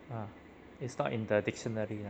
!huh! it's not in the dictionary ah